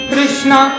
Krishna